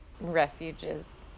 refuges